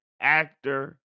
actor